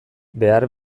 behar